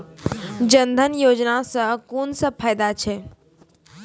जनधन योजना सॅ कून सब फायदा छै?